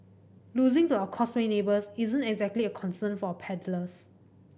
losing to our Causeway neighbours isn't exactly a concern for our paddlers